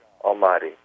Almighty